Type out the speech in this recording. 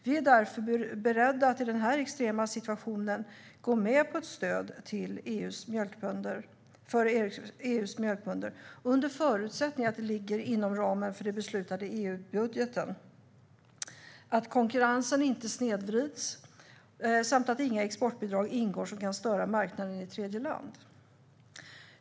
Vi är därför beredda att i den här extrema situationen gå med på ett stöd till EU:s mjölkbönder under förutsättning att det ligger inom ramen för den beslutade EU-budgeten, att konkurrensen inte snedvrids samt att inga exportbidrag ingår som kan störa marknaden i tredje land.